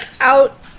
out